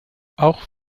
auch